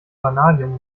vanadium